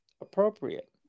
appropriate